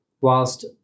whilst